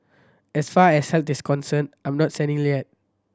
as far as health is concerned I'm not yet